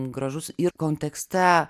gražus ir kontekste